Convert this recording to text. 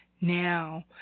now